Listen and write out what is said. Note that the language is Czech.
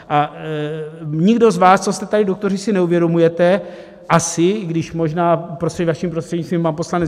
A nikdo z vás, co jste tady doktoři, si neuvědomujete asi i když možná vaším prostřednictvím pan poslanec